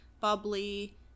Bubbly